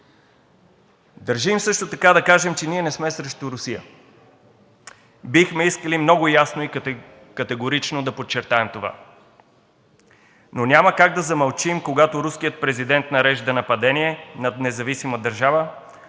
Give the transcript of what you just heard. Държим също така да кажем, че ние не сме срещу Русия и бихме искали много ясно и категорично да подчертаем това. Но няма как да замълчим, когато руският президент нарежда нападение над независима държава,